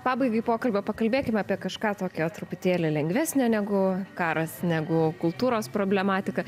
pabaigai pokalbio pakalbėkim apie kažką tokio truputėlį lengvesnio negu karas negu kultūros problematika